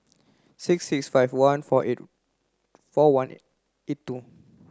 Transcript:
six six five one four eight four one eight two